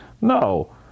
No